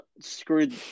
screwed